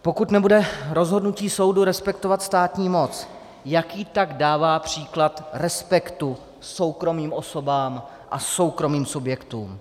Pokud nebude rozhodnutí soudu respektovat státní moc, jaký tak dává příklad respektu soukromým osobám a soukromým subjektům?